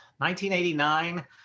1989